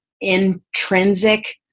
intrinsic